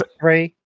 three